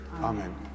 Amen